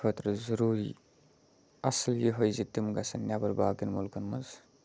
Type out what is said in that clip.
خٲطرٕ ضٔروٗری اَصٕل یِہوٚے زِ تِم گژھَن نٮ۪بَر باقیَن مُلکَن منٛز